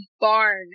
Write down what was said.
barn